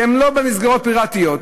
שהן לא מסגרות פיראטיות,